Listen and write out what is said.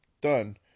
done